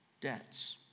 debts